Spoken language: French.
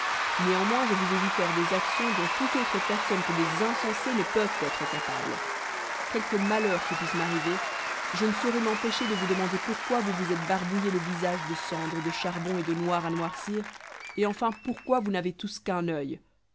néanmoins je vous ai vus faire des actions dont toutes autres personnes que des insensés ne peuvent être capables quelque malheur qui puisse m'arriver je ne saurais m'empêcher de vous demander pourquoi vous vous êtes barbouillé le visage de cendres de charbon et de noir à noircir et enfin pourquoi vous n'avez tous qu'un oeil